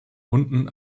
hunden